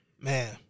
man